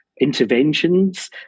Interventions